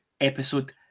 episode